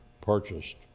purchased